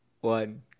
one